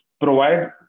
provide